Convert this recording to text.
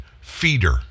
feeder